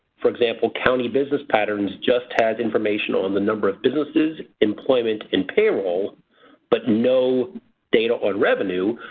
for example, county business patterns just has information on the number of businesses, employment and payroll but no data on revenue.